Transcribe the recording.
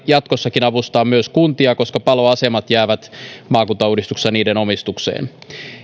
jatkossakin avustaa myös kuntia koska paloasemat jäävät maakuntauudistuksessa niiden omistukseen